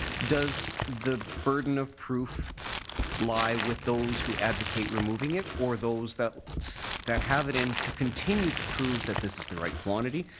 does the burden of proof lie with those who advocate removing it or those that so that have it in to continue to prove that this is the right quantity.